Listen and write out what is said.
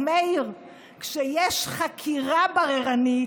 אז מאיר, כשיש חקירה בררנית,